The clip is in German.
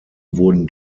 wurden